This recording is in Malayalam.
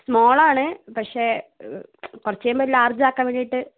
സ്മോളാണ് പക്ഷെ കുറച്ച് കഴിയുമ്പോൾ ഒരു ലാർജാക്കൻ വേണ്ടിയിട്ട്